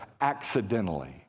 accidentally